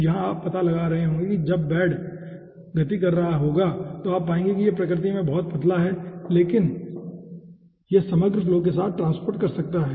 तो यहां आप पता लगा रहे होंगे और यह बेड जब भी गति कर रहा होगा आप पाएंगे कि यह प्रकृति में बहुत पतला है इसलिए यह समग्र फ्लो के साथ ट्रांसपोर्ट कर सकता है